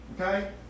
Okay